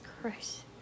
Christ